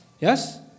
Yes